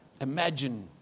Imagine